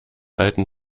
alten